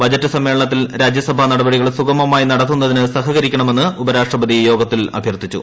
budget സമ്മേളനത്തിൽ രാജ്യസഭാ നടപടികൾ സുഗമമായി നടത്തുന്നതിന് സഹകരിക്കണമെന്ന് ഉപരാഷ്ട്രപതി യോഗത്തിൽ അഭ്യർത്ഥിച്ചു